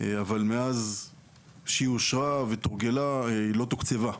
אבל מאז שהיא אושרה ותורגלה היא לא תוקצבה.